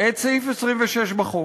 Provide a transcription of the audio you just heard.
את סעיף 26 בחוק.